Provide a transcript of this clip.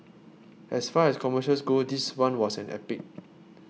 as far as commercials go this one was an epic